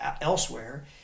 elsewhere